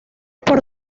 por